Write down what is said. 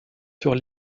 sur